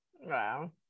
Wow